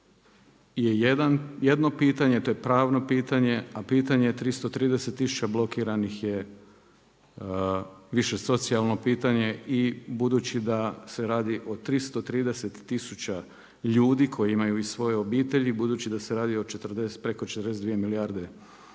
je jedno pitanje, to je pravno pitanje, a pitanje je 330 tisuća blokiranih je više socijalno pitanje i budući da se radi o 330 tisuća ljudi koje imaju i svoje obitelji, budući da se radi o preko 42 milijarde